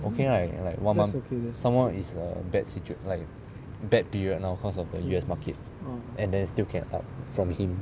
okay right like one month someone is a bad situa~ like bad period now because of the U_S market and then still can up from him